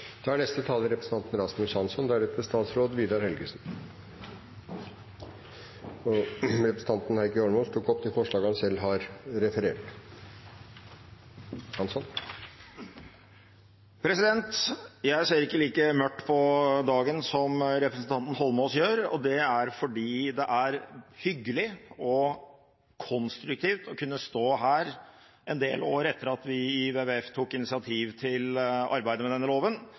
Representanten Heikki Eidsvoll Holmås har tatt opp de forslagene han refererte til. Jeg ser ikke like mørkt på dagen som representanten Holmås gjør, og det er fordi det er hyggelig og konstruktivt å kunne stå her en del år etter at vi i WWF tok initiativ til arbeidet med denne loven, og sto nokså alene om det, og i dag høre et enstemmig storting vedta den. Poenget med denne loven